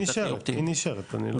היא נשארת, היא נשארת, אני לא מכחיש.